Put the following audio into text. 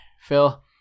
Phil